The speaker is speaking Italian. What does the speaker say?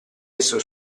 esso